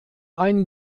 ein